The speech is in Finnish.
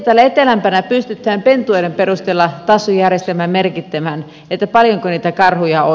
täällä etelämpänä pystytään pentueiden perusteella tassu järjestelmään merkitsemään paljonko niitä karhuja on